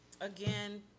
again